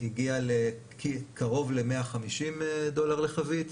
הגיע לקרוב ל-150 דולר לחבית,